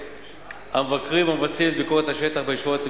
1. המבקרים המבצעים את ביקורות השטח בישיבות הם